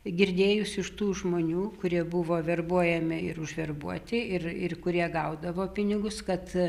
girdėjus iš tų žmonių kurie buvo verbuojami ir užverbuoti ir ir kurie gaudavo pinigus kad